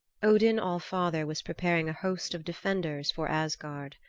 odin all-father was preparing a host of defenders for asgard.